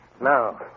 Now